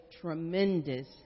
tremendous